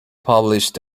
published